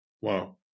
wow